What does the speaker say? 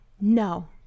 No